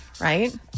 right